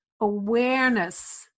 awareness